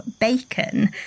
bacon